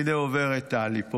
הינה עוברת פה טלי,